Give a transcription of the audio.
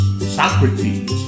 Socrates